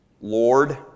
Lord